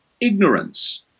Ignorance